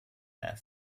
air